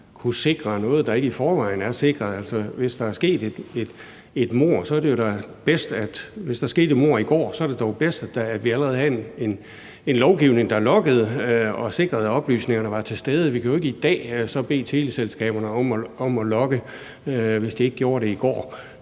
kunne sikre noget, der ikke i forvejen er sikret? Hvis der skete et mord i går, så var det dog bedst, at vi allerede havde en lovgivning, der loggede og sikrede, at oplysningerne var til stede. Vi kan jo ikke i dag bede teleselskaberne om at logge, hvis de ikke gjorde det i går.